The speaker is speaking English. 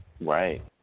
Right